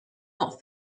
not